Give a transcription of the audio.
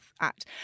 Act